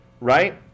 right